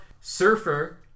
Surfer